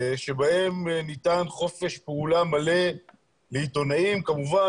שבהם ניתן חופש פעולה מלא לעיתונאים, כמובן